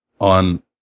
on